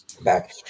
back